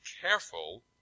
careful